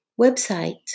website